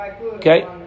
Okay